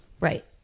Right